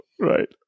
Right